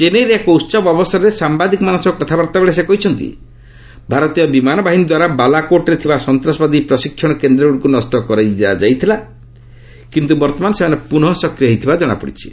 ଚେନ୍ନାଇରେ ଏକ ଉତ୍ସବ ଅବସରରେ ସାମ୍ଭାଦିକମାନଙ୍କ ସହ କଥାବାର୍ତ୍ତା ବେଳେ ସେ କହିଛନ୍ତି ଭାରତୀୟ ବିମାନ ବାହିନୀ ଦ୍ୱାରା ବାଲାକୋଟ୍ରେ ଥିବା ସନ୍ତାସବାଦୀ ପ୍ରଶିକ୍ଷଣ କେନ୍ଦ୍ରଗୁଡ଼ିକୁ ନଷ୍ଟ କରିଦିଆଯାଇଥିଲା କିନ୍ତୁ ବର୍ତ୍ତମାନ ସେମାନେ ପୁନଃ ସକ୍ରିୟ ହୋଇଥିବାର ଜଣାପଡ଼ିଛି